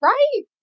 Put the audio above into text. Right